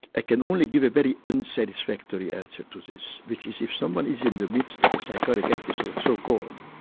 ah can only give a very unsatisfactory answer to this, which is if someone is in the midst of a psychotic episode so-called,